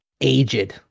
aged